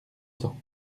temps